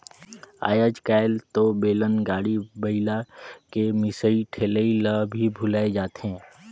आयज कायल तो बेलन, गाड़ी, बइला के मिसई ठेलई ल भी भूलाये जाथे